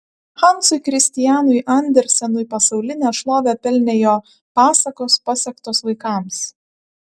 hansui kristianui andersenui pasaulinę šlovę pelnė jo pasakos pasektos vaikams